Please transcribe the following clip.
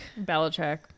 Belichick